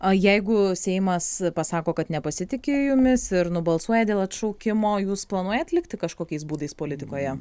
o jeigu seimas pasako kad nepasitiki jumis ir nubalsuoja dėl atšaukimo jūs planuojat likti kažkokiais būdais politikoje